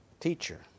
Teacher